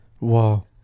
Wow